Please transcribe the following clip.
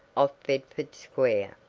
off bedford square.